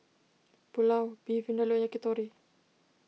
Pulao Beef Vindaloo and Yakitori